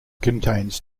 contains